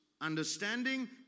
Understanding